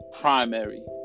primary